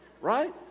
Right